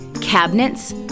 cabinets